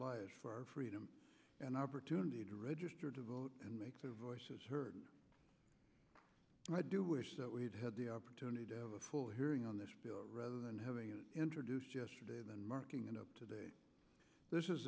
lives for our freedom an opportunity to register to vote and make their voices heard and i do wish that we had had the opportunity to have a full hearing on this bill rather than having it introduced yesterday then marking it up today this is